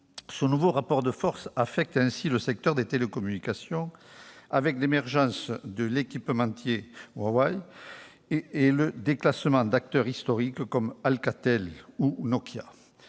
Ce nouveau rapport de force affecte le secteur des télécommunications, avec l'émergence de l'équipementier Huawei et le déclassement d'acteurs historiques comme Alcatel ou Nokia.